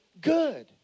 good